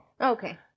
okay